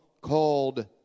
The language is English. called